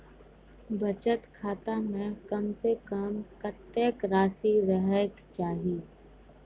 बचत खाता म कम से कम कत्तेक रासि रहे के चाहि?